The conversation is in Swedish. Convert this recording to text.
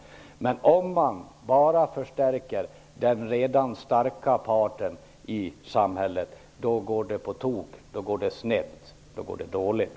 Men om man bara förstärker den redan starka parten i samhället går det på tok. Det går snett, och det går dåligt.